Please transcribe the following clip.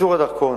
ייצור הדרכון,